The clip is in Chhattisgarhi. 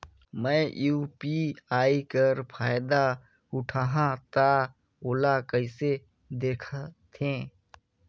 मैं ह यू.पी.आई कर फायदा उठाहा ता ओला कइसे दखथे?